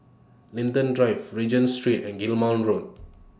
Linden Drive Regent Street and Guillemard Road